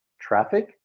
traffic